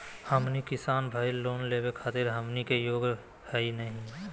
हमनी किसान भईल, लोन लेवे खातीर हमनी के योग्य हई नहीं?